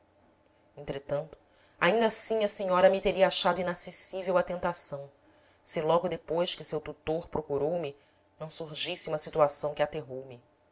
entretanto ainda assim a senhora me teria achado inacessível à tentação se logo depois que seu tutor procurou me não surgisse uma situação que